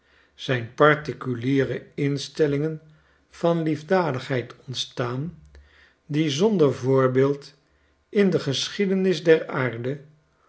zijn particuliere instellingen van liefdadigheid ontstaan die zonder voorbeeld in de geschiedenis der aarde